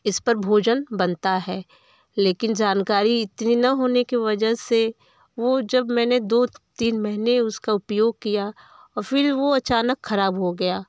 इसपर भोजन बनता है लेकिन जानकारी इतनी ना होने की वजह से वह जब मैंने दो तीन महीने उसका उपयोग किया और फिर वह अचानक ख़राब हो गया